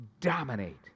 dominate